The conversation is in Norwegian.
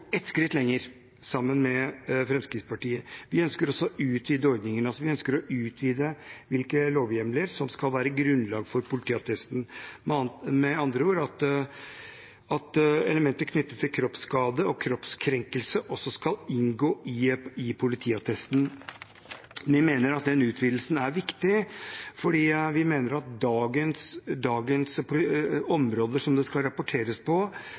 ett skritt lenger, sammen med Fremskrittspartiet. Vi ønsker å utvide ordningen, vi ønsker å utvide hvilke lovhjemler som skal være grunnlag for politiattesten, med andre ord at elementer knyttet til kroppsskade og kroppskrenkelse også skal inngå i politiattesten. Vi mener at den utvidelsen er viktig, fordi vi mener at dagens områder som det skal rapporteres på,